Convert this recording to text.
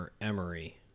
Emery